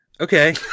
Okay